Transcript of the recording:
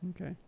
Okay